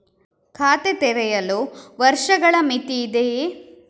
ಖಾತೆ ತೆರೆಯಲು ವರ್ಷಗಳ ಮಿತಿ ಇದೆಯೇ?